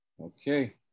okay